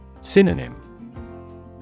Synonym